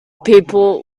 people